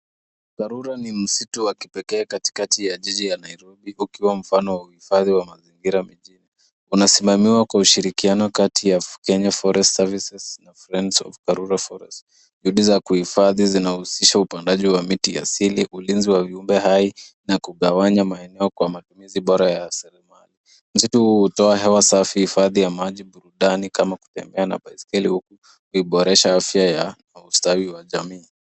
Karura ni msitu wa kipekee katikati ya jiji la Nairobi, ukiwa mfano wa uhifadhi wa mazingira mijini. Unasimamiwa kwa ushirikiano kati ya Kenya Forest Services na Friends of Karura Forest. Juhudi za kuhifadhi zinahusisha upandaji wa miti asili, ulinzi wa viumbe hai na kugawanya maeneo kwa matumizi bora ya rasilimali. Msitu huu utoa hewa safi hifadhi ya maji burundani kama kutembea na baiskeli, huiboresha afya ya ustawi wa jamii.